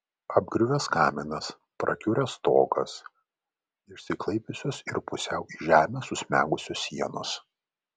apgriuvęs kaminas prakiuręs stogas išsiklaipiusios ir pusiau į žemę susmegusios sienos